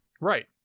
Right